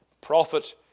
Prophet